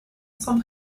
sans